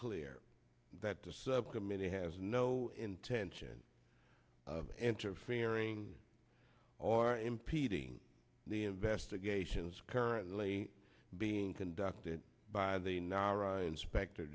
clear that the subcommittee has no intention of interfering or impeding the investigations currently being conducted by the nara inspector